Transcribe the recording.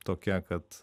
tokia kad